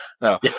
No